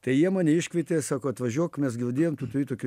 tai jie mane iškvietė sako atvažiuok mes girdėjom tu turi tokį